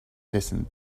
listen